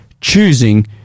choosing